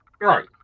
right